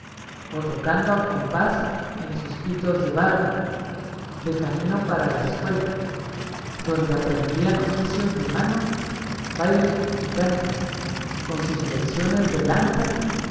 o tocando a compás en sus pitos de barro de camino para la escuela donde aprendían oficios de mano baile y canto con sus lecciones de lanza